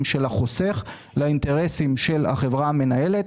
של החוסך לאינטרסים של החברה המנהלת.